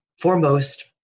foremost